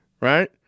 right